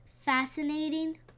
fascinating